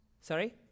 Sorry